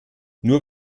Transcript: nur